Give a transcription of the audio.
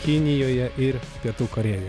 kinijoje ir pietų korėjoj